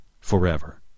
forever